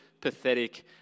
pathetic